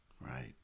right